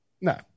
No